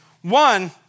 one